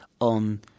on